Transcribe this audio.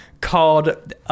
called